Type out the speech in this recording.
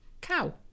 cow